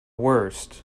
worst